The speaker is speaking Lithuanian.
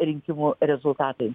rinkimų rezultatai